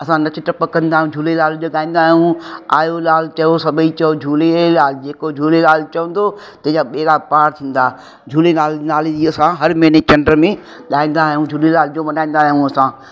असां नच टप कंदा आहियूं झूलेलाल जो ॻाईंदा आहियूं आहियो लाल चओ सभई चओ झूलेलाल जेको झूलेलाल चवंदो तंहिंजा ॿेड़ा पार थींदा झूलेलाल नाले जी असां हर महीने चंड में ॻाईंदा आहियूं झूलेलाल जो मल्हाईंदा आहियूं असां